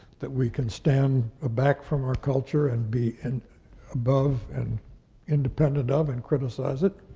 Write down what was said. that we can stand aback from our culture and be and above and independent of and criticize it,